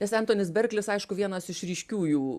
nes entonis berklis aišku vienas iš ryškiųjų